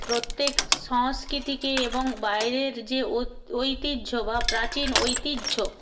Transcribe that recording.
প্রত্যেক সংস্কৃতিকে এবং বাইরের যে ঐতিহ্য বা প্রাচীন ঐতিহ্য